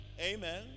Amen